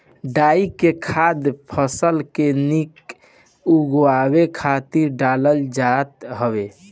डाई के खाद फसल के निक उगावे खातिर डालल जात हवे